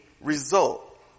result